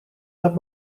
dat